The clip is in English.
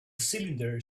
cylinder